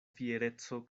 fiereco